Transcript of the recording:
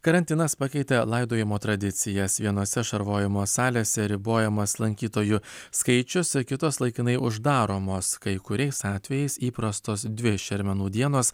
karantinas pakeitė laidojimo tradicijas vienose šarvojimo salėse ribojamas lankytojų skaičius kitos laikinai uždaromos kai kuriais atvejais įprastos dvi šermenų dienos